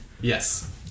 Yes